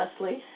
Leslie